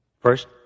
First